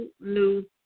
new